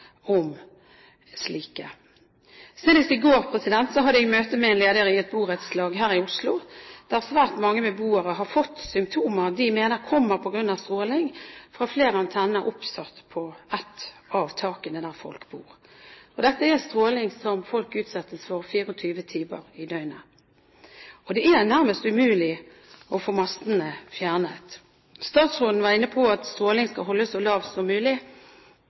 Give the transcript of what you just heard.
om slike. Senest i går hadde jeg møte med en leder i et borettslag her i Oslo, der svært mange beboere har fått symptomer de mener kommer på grunn av stråling fra flere antenner oppsatt på ett av takene der folk bor. Dette er stråling som folk utsettes for 24 timer i døgnet. Det er nærmest umulig å få mastene fjernet. Statsråden var inne på at strålingen skal holdes så lav som mulig